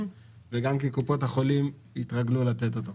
וגם קופות החולים התרגלו לתת אותו ככה.